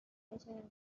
nationalist